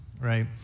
right